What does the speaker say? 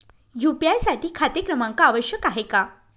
UPI साठी खाते क्रमांक आवश्यक आहे का?